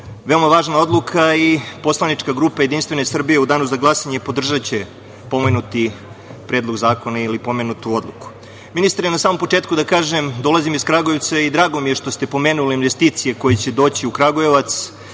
veoma važna odluka i poslanička grupa JS u danu za glasanje podržaće pomenuti Predlog zakona, ili pomenutu odluku. Ministre, na samom početku da kažem da dolazim iz Kragujevca i drago mi je što ste pomenuli investicije koje će doći u Kragujevac